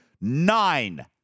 Nine